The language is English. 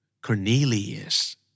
Cornelius